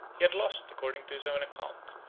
he had lost, according to his own account,